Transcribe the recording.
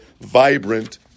vibrant